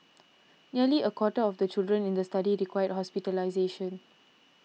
nearly a quarter of the children in the study required hospitalisation